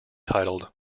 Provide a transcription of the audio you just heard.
titled